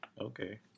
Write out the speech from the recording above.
Okay